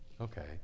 Okay